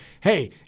Hey